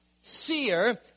Seer